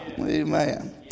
Amen